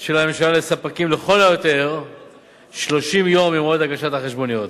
של הממשלה לספקים לכל היותר ל-30 יום ממועד הגשת החשבוניות.